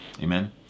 Amen